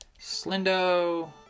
Slindo